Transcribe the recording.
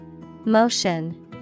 Motion